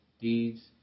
deeds